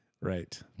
Right